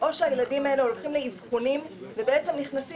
או שהילדים האלה הולכים לאבחונים ונכנסים